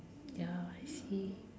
ya I see